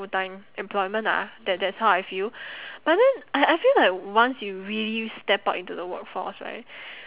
full time employment ah that that's how I feel but then I I feel like once you really step out into the workforce right